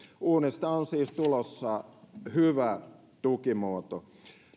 uunista on siis tulossa hyvä tukimuoto